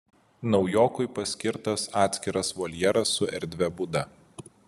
naujokui paskirtas atskiras voljeras su erdvia būda